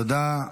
תודה.